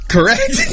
Correct